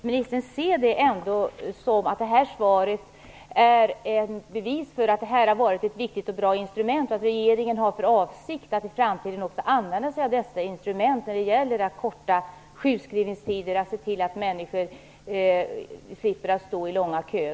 Fru talman! Kan socialförsäkringsministern säga att jag kan se det här svaret som ett bevis för att det här har varit ett viktigt och bra instrument och att regeringen har för avsikt att i framtiden också använda sig av detta instrument när det gäller att korta sjukskrivningstider och se till att människor slipper stå i långa köer?